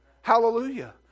Hallelujah